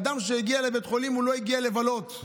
אדם שהגיע לבית החולים לא הגיע לבלות.